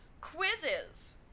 Quizzes